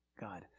God